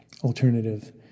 alternative